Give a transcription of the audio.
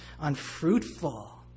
unfruitful